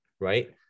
Right